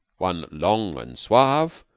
one long and suave,